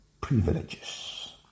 privileges